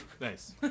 Nice